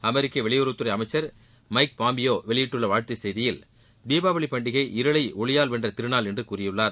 அமெரிக்க வெளியுறவுத்துறை அமைச்சர் Mike Pompeo வெளியிட்டுள்ள வாழ்த்து செய்தியில் தீபாவளி பண்டிகை இருளை ஒளியால் வென்ற திருநாள் என்று கூறியுள்ளார்